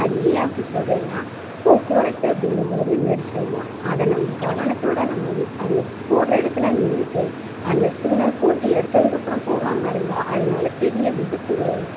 அது ஏன் அப்படி சொல்கிறேனா போக்குவரத்து அப்படிங்கும்பொழுது நெரிசல்தான் அதை நம்ம கவனத்தோடு நம்ம அந்த போடுற இடத்துல நின்றுட்டு அந்த சிக்னல் போட்டு எடுத்ததுக்கு அப்புறம் போகாமல் இருந்தால் அதனால் பெரிய விபத்துகள் வரும்